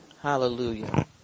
hallelujah